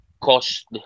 cost